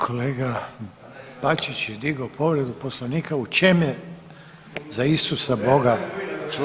Kolega Bačić je digao povredu Poslovnika, u čem je za Isusa Boga…